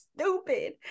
stupid